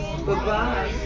Goodbye